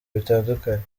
bitandukanye